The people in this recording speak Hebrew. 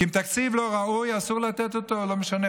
כי אם תקציב לא ראוי, אסור לתת אותו, לא משנה.